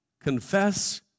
confess